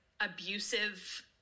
abusive